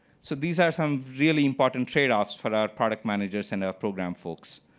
so these are some really important tradeoffs for our product managers and our program folks.